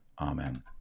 Amen